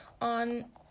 on